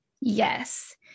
Yes